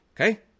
Okay